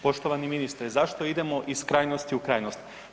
Poštovani ministre, zašto idemo iz krajnosti u krajnost?